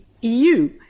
EU